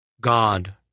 God